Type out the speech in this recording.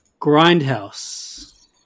Grindhouse